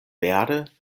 vere